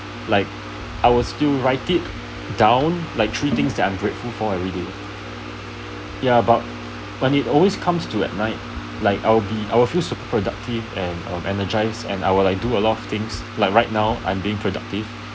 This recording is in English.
like I was still write it down like three things that I'm grateful for everyday ya but when it always comes to at night like I'll be I'll feel super productive and I'll energized and I'll like do a lot of things like right now I'm being productive